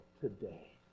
today